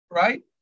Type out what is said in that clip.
right